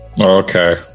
Okay